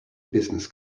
business